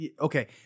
okay